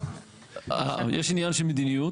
יש עניין של מדיניות.